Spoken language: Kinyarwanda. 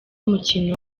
mukino